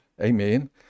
Amen